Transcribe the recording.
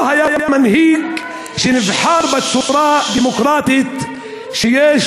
לא היה מנהיג שנבחר בצורה דמוקרטית שיש